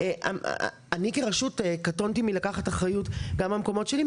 אני כראשות קטונתי מלקחת אחריות גם במקומות שלי,